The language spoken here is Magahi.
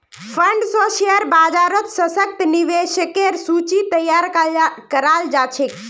फंड स शेयर बाजारत सशक्त निवेशकेर सूची तैयार कराल जा छेक